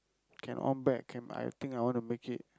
can on back can I think I wanna make it